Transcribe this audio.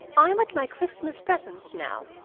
i'm at my christmas presents now,